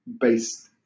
based